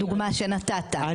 בדוגמה שנתת.